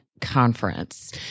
Conference